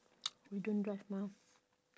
we don't drive mah